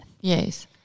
Yes